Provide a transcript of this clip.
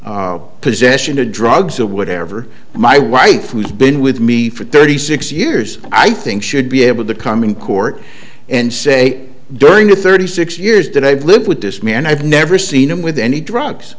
possession of drugs or whatever and my wife who's been with me for thirty six years i think should be able to come in court and say during the thirty six years that i've lived with this man i've never seen him with any drugs